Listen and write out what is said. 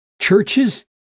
Churches